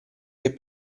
che